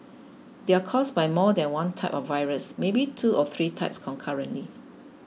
they are caused by more than one type of virus maybe two or three types concurrently